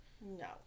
No